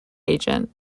agent